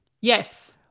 Yes